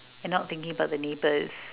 and not thinking about the neighbours